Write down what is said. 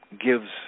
gives